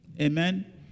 Amen